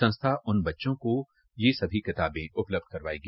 संस्था उन बच्चों को सभी किताबे उपलब्ध करवाएगी